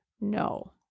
No